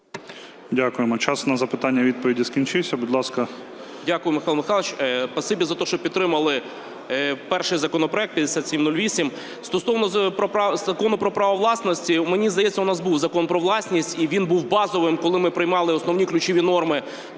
Дякуємо. Час на запитання і відповіді скінчився. Будь ласка. 11:35:43 ФРІС І.П. Дякую, Михайло Михайлович. Спасибі, за те, що підтримали перший законопроект 5708. Стосовно закону про право власності. Мені здається, у нас був Закон "Про власність". І він був базовим, коли ми приймали основні, ключові норми